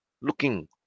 looking